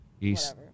East